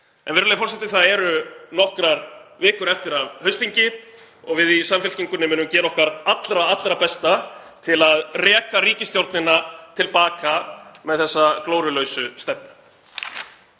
Virðulegi forseti. Það eru nokkrar vikur eftir af haustþingi og við í Samfylkingunni munum gera okkar allra besta til að reka ríkisstjórnina til baka með þessa glórulausu stefnu.